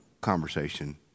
conversation